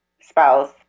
spouse